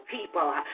people